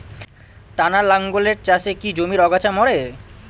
টানা লাঙ্গলের চাষে কি জমির আগাছা মরে?